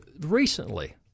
recently –